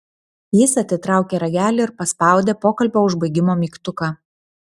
jis atitraukė ragelį ir paspaudė pokalbio užbaigimo mygtuką